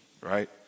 Right